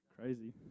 crazy